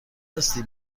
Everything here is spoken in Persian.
هستی